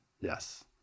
Yes